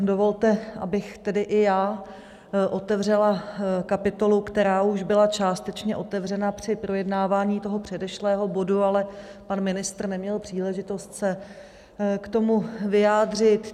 Dovolte, abych tedy i já otevřela kapitolu, která už byla částečně otevřena při projednávání předešlého bodu, ale pan ministr neměl příležitost se k tomu vyjádřit.